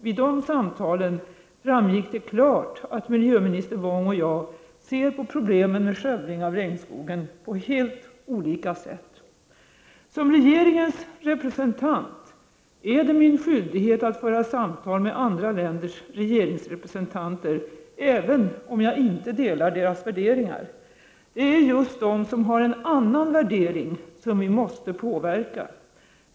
Vid de samtalen framgick det klart att miljöminister Wong och jag ser på problemen med skövling av regnskogen på helt olika sätt. Som regeringens representant är det min skyldighet att föra samtal med andra länders regeringsrepresentanter — även om jag inte delar deras värderingar. Det är just de som har en annan värdering som vi måste påverka.